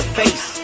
face